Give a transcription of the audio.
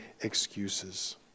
excuses